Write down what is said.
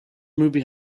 movie